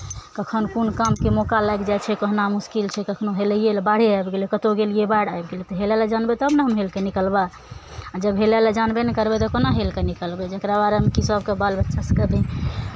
कखन कोन कामके मौका लागि जाइ छै कहना मुश्किल छै कखनो हेलैए लए बाढ़िए आबि गेलै कतहु गेलियै बाढ़ि आबि गेलै तऽ हेलय लए जानबै तब ने हम हेलि कऽ निकलबै आ जब हेलय लए जानबे नहि करबै तऽ कोना हेलि कऽ निकलबै जकरा बारेमे कि सभके बाल बच्चा सभकेँ भी